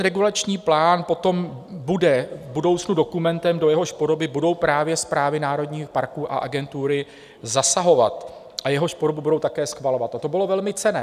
Regulační plán potom bude v budoucnu dokumentem, do jehož podoby budou právě správy národního parku a agentury zasahovat a jehož podobu budou také schvalovat, a to bylo velmi cenné.